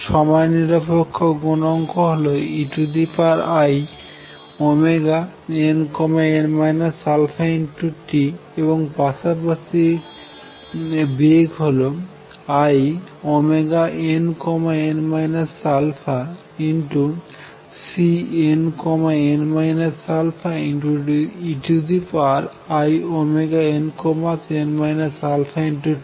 সময় নিরপেক্ষ গুনাঙ্ক হল einn αt এবং পাশাপাশি বেগ হল inn αCnn α einn αt